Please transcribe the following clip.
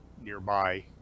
nearby